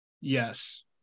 Yes